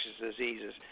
Diseases